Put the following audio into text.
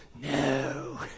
No